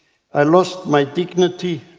i lost my dignity,